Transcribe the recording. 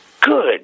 good